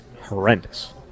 horrendous